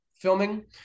filming